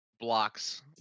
Blocks